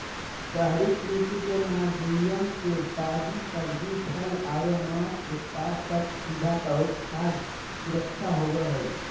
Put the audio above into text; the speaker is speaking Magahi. शहरी कृषि के माध्यम से ताजी सब्जि, फल आरो मांस उत्पाद तक सीधा पहुंच खाद्य सुरक्षा होव हई